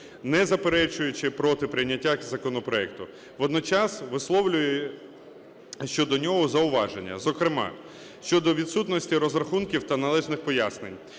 не заперечуючи проти прийняття законопроекту, водночас висловлює щодо нього зауваження, зокрема щодо відсутності розрахунків та належних пояснень.